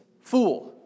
fool